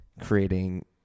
creating